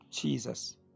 Jesus